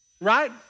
right